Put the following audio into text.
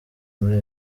muri